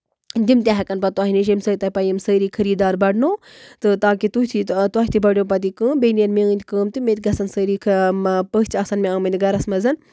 یِم تہِ ہٮ۪کَن پَتہٕ تۄہہِ نِش ییٚمہِ سۭتۍ تۄہہِ یِم پَتہٕ سٲری خٔریٖدار بَڑنو تہٕ تاکہِ تُہۍ تہِ تۄہہِ تہِ بَڑیو پَتہٕ یہِ کٲم بیٚیہِ نیرِ میٲنۍ کٲم تہِ مےٚ تہِ گژھن سٲری پٔژھۍ آسن مےٚ آمٕتۍ گرَس منٛز